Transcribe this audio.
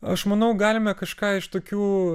aš manau galime kažką iš tokių